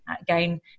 again